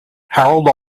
harold